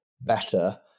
better